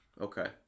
Okay